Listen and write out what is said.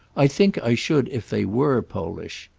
i think i should if they were polish.